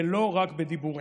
ולא רק בדיבורים.